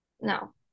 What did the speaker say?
No